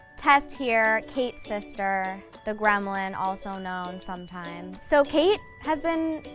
tess here kate's sister the gremlin also known sometimes. so kate has been